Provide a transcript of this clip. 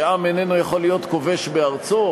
שעם איננו יכול להיות כובש בארצו,